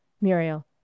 Muriel